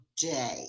day